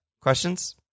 questions